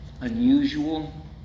unusual